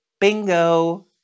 bingo